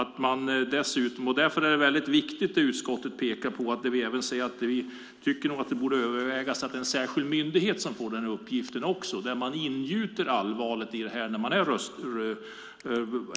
Utskottet pekar på att man borde överväga en särskild myndighet för detta. Det skulle ingjuta allvaret i det.